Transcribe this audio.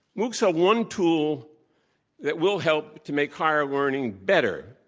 moocs are one tool that will help to make higher learning better,